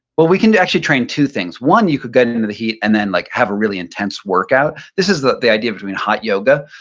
well, we can actually train two things one, you could get into the heat and then like have a really intense work out. this is the the idea of doing a hot yoga,